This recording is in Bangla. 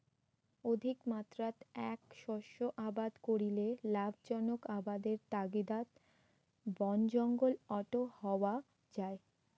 অধিকমাত্রাত এ্যাক শস্য আবাদ করিলে লাভজনক আবাদের তাগিদাত বনজঙ্গল আটো হয়া যাই